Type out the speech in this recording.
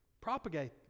propagate